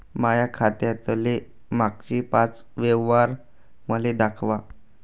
माया खात्यातले मागचे पाच व्यवहार मले दाखवा